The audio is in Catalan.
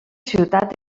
ciutat